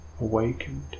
awakened